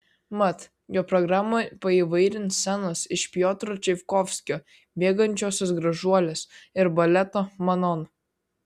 mat jo programą paįvairins scenos iš piotro čaikovskio miegančiosios gražuolės ir baleto manon